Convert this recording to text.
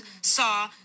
saw